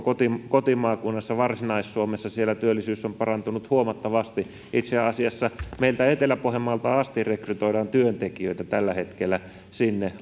kotimaakunnassa varsinais suomessa työllisyys on parantunut huomattavasti itse asiassa meiltä etelä pohjanmaalta asti rekrytoidaan työntekijöitä tällä hetkellä sinne